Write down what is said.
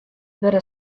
wurde